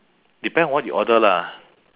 depend on what you order lah